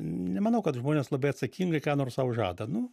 nemanau kad žmonės labai atsakingai ką nors sau žada nu